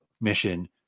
mission